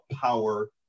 power